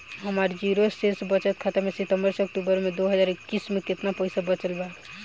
हमार जीरो शेष बचत खाता में सितंबर से अक्तूबर में दो हज़ार इक्कीस में केतना पइसा बचल बा?